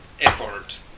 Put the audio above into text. effort